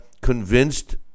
convinced